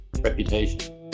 reputation